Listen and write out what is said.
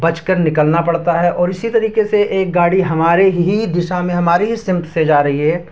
بچ کر نکلنا پڑتا ہے اور اسی طریقے سے ایک گاڑی ہمارے ہی دشا میں ہمارے ہی سمت سے جا رہی ہے